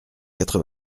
quatre